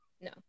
no